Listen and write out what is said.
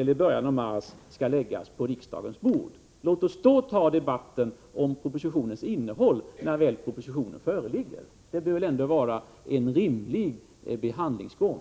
eller början av mars månad skall läggas på riksdagens bord. Låt oss ta debatten om propositionens innehåll när propositionen väl föreligger. Det bör väl ändå vara en rimlig behandlingsgång.